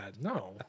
No